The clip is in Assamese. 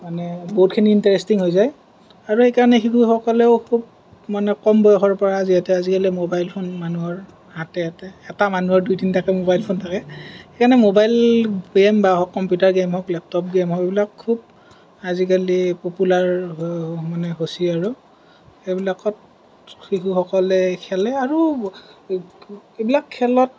মানে বহুতখিনি ইন্টাৰেষ্টিং হৈ যায় আৰু সেইকাৰণে শিশুসকলেও খুব মানে কম বয়সৰ পৰা যিহেতু আজিকালি ম'বাইল ফোন মানুহৰ হাতে হাতে এটা মানুহৰ দুই তিনিটাকৈ ম'বাইল ফোন থাকে সেইকাৰণে ম'বাইল গেম বা কম্পিউটাৰ গেম হওঁক বা লেপটপ গেম হওঁক এইবিলাক খুব আজিকালি প'পুলাৰ হৈ হৈ মানে হৈছে আৰু এইবিলাকত শিশুসকলে খেলে আৰু এইবিলাক খেলত